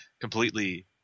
completely